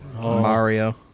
Mario